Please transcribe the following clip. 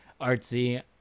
Artsy